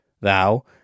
thou